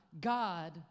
God